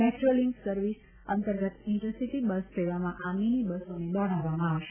Metrolink service અંતર્ગત intercity bus સેવામાં આ મીની બસોને દોડાવવામાં આવશે